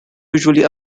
usually